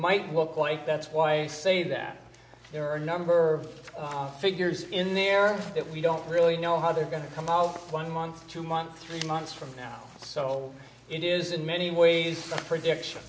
might look quite that's why i say that there are a number of figures in there that we don't really know how they're going to come out one month to month three months from now so it is in many ways a prediction